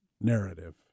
narrative